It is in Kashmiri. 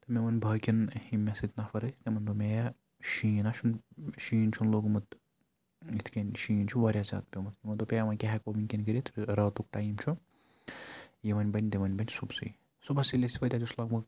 تہٕ مےٚ ووٚن باقٕیَن یِم مےٚ سۭتۍ نفر ٲسۍ تِمَن دوٚپ مےٚ یا شیٖن ہا چھُن شیٖن چھُن لوگمُت یِتھ کٔنۍ شیٖن چھُ واریاہ زیادٕ پیٚومُت تِمو دوٚپ یا وۄنۍ کیٛاہ ہیٚکو وٕنکیٚن کٔرِتھ راتُک ٹایم چھُ یہِ وۄنۍ بَنہِ تہِ وۄنۍ بَنہِ صُبسٕے صُبَس ییٚلہِ أسۍ ؤتھۍ اَسہِ اوس لگ بگ